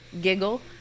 giggle